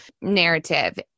narrative